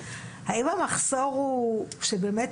האם המחסור הוא שבאמת,